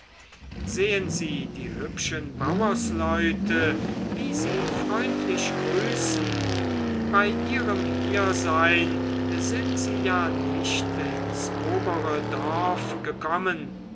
sehen sie die hübschen bauersleute wie sie freundlich grüßen bei ihrem hiersein sind sie ja nicht ins obere dorf gekommen